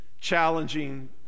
challenging